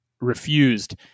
Refused